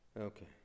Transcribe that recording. okay